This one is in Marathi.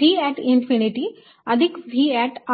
V ऍट इन्फिनिटी अधिक V ऍट r